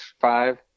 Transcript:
five